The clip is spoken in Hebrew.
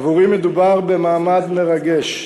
עבורי מדובר במעמד מרגש.